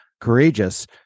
courageous